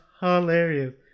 hilarious